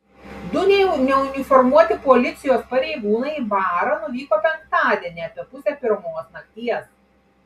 du neuniformuoti policijos pareigūnai į barą nuvyko penktadienį apie pusę pirmos nakties